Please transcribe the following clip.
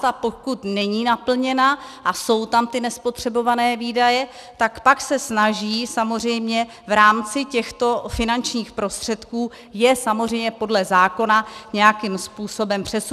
A pokud není naplněna a jsou tam ty nespotřebované výdaje, tak se pak snaží, samozřejmě v rámci těchto finančních prostředků, je samozřejmě podle zákona nějakým způsobem přesunout.